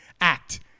act